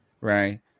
right